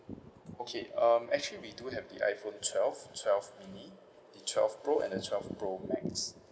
okay um actually we do have the iphone twelve twelve mini the twelve pro and the twelve pro max